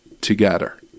together